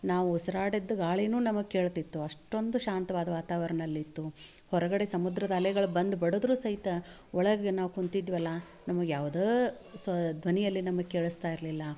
ನಾವು ಉಸ್ರಾಡಿದ ಗಾಳಿಯೂ ನಮಗೆ ಕೇಳ್ತಿತ್ತು ಅಷ್ಟೊಂದು ಶಾಂತ್ವಾದ ವಾತಾವರ್ಣ ಅಲ್ಲಿತ್ತು ಹೊರಗಡೆ ಸಮುದ್ರದ ಅಲೆಗಳು ಬಂದು ಬಡಿದ್ರೂ ಸಹಿತ ಒಳಗೆ ನಾವು ಕುಂತಿದ್ವಲ್ಲ ನಮಗೆ ಯಾವ್ದೂ ಸ್ವ ಧ್ವನಿ ಅಲ್ಲಿ ನಮಗೆ ಕೇಳಿಸ್ತಾ ಇರಲಿಲ್ಲ